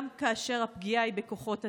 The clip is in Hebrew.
גם כאשר הפגיעה היא בכוחות הצלה.